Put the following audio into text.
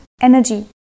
energy